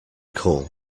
cool